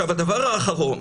הדבר האחרון